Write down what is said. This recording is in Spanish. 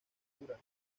locura